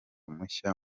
mushya